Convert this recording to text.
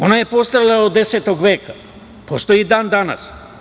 Ona je postojala od 19. veka, postoji i dan danas.